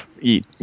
eat